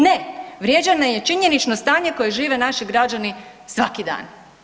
Ne, vrijeđanje je činjenično stanje koje žive naši građani svaki dan.